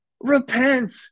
repent